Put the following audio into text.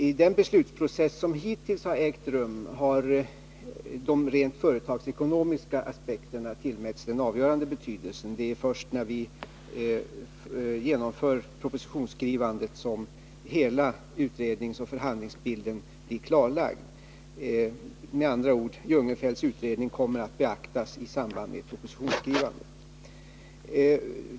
I den beslutsprocess som hittills har ägt rum har de rent företagsekonomiska aspekterna tillmätts den avgörande betydelsen. Det är först när vi skriver propositionen som hela utredningsoch förhandlingsbilden blir klarlagd. Med andra ord, Jungenfelts utredning kommer att beaktas då.